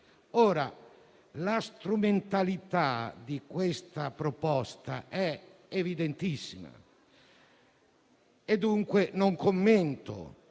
così. La strumentalità della proposta è evidentissima e dunque non commento;